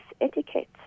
etiquette